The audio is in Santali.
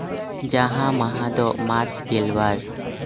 ᱡᱟᱦᱟᱸ ᱢᱟᱦᱟ ᱫᱚ ᱢᱟᱨᱪ ᱜᱮᱞᱵᱟᱨ